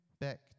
back